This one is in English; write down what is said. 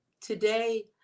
today